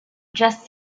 just